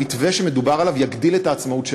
המתווה שמדובר עליו יגדיל את העצמאות שלהן.